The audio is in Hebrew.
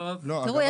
תראו,